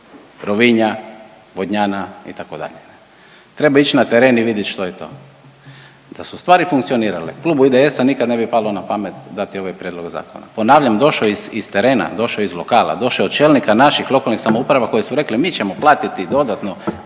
Rovinja, Vodnjana itd. Treba ići na teren i vidjet što je to. Da su stvari funkcionirale klubu IDS-a nikad ne bi palo na pamet dati ovaj prijedlog zakona. Ponavljam došao je iz terena, došao je iz lokala, došao je od čelnika naših lokalnih samouprava koje su rekle mi ćemo platiti dodatno